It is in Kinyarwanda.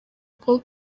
paul